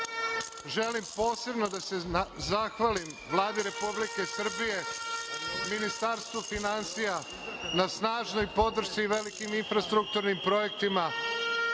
Želim posebno da se zahvalim Vladi Republike Srbije, Ministarstvu finansija na snažnoj podršci velikim infrastrukturnim projektima.